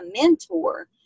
mentor